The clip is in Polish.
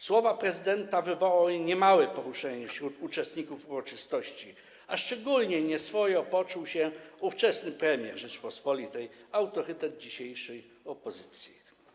Słowa prezydenta wywołały niemałe poruszenie wśród uczestników uroczystości, a szczególnie nieswojo poczuł się ówczesny premier Rzeczypospolitej, autorytet dzisiejszej opozycji.